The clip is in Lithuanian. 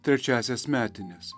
trečiąsias metines